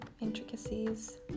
intricacies